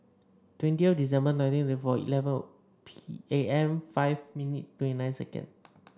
twenty December nineteen thirty four eleven P A M five minute twenty nine second